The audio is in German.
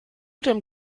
dem